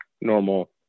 normal